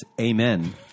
Amen